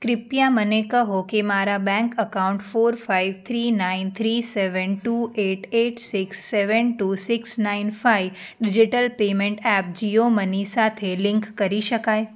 કૃપયા મને કહો કે મારા bank account four five three nine three seven two eight eight six seven two six nine five digital payment app Jio money સાથે link કરી શકાય